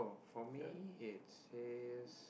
for me it says